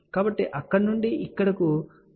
కాబట్టి ఇక్కడ నుండి ఇక్కడకు పవర్ఇక్కడకు వెళ్ళదు